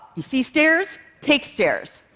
you see stairs take stairs.